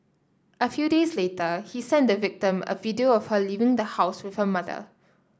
a few days later he sent the victim a video of her leaving the house with her mother